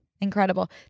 Incredible